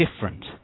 different